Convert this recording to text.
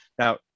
Now